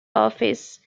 office